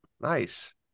Nice